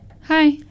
hi